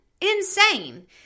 Insane